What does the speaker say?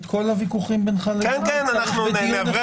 כל הוויכוחים שלך עם -- -בדיון אחד?